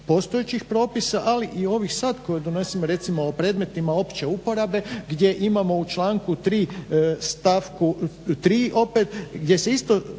postojećih propisa, ali i ovih sad koje donesemo recimo o predmetima opće uporabe gdje imamo u članku 3. stavku 3. opet gdje se isto